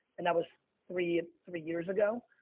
and that was three ah three years ago.